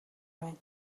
байна